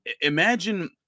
Imagine